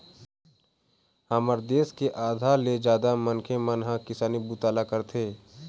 हमर देश के आधा ले जादा मनखे मन ह किसानी बूता ल करथे